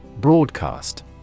Broadcast